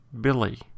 Billy